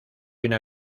una